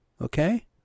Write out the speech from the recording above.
Okay